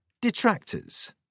detractors